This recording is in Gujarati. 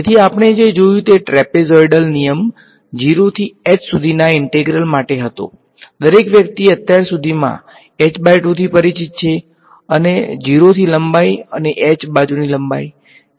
તેથી આપણે જે જોયું તે ટ્રેપેઝોઇડલ નિયમ 0 થી h સુધીના ઈંટેગ્રલ માટે હતો દરેક વ્યક્તિ અત્યાર સુધીમાં પરિચિત છે અને 0 થી લંબાઈ અને h બાજુની લંબાઈ